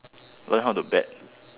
learn how to bet